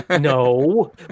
No